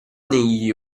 negli